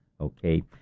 Okay